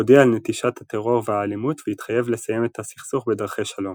הודיע על נטישת הטרור והאלימות והתחייב לסיים את הסכסוך בדרכי שלום.